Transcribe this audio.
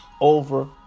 over